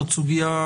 זאת סוגיה חשובה,